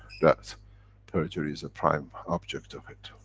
that perjury is a prime object of it.